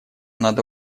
надо